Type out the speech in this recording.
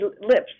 lips